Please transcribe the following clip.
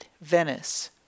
Venice